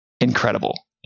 incredible